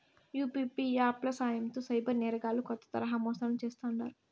UPI app ల సాయంతో cyber నేరగాల్లు కొత్త తరహా మోసాలను చేస్తాండారు